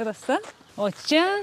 rasa o čia